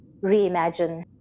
reimagine